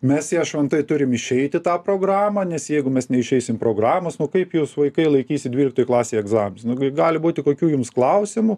mes ją šventai turim išeiti tą programą nes jeigu mes neišeisim programos nu kaip jūs vaikai laikysit dvyliktoj klasėj egzaminus nu gi gali būti kokių jums klausimų